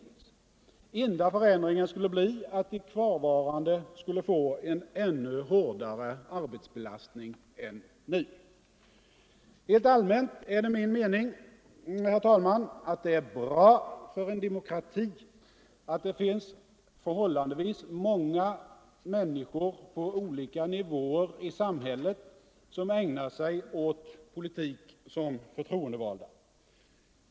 Den enda förändringen skulle bli att de kvarvarande fick en ännu hårdare arbetsbelastning än vi nu har. Helt allmänt är det min mening, att det är bra för en demokrati att det i samhället finns förhållandevis många människor på olika nivåer som ägnar sig åt politik som förtroendevalda.